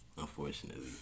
Unfortunately